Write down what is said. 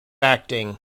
acting